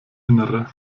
innere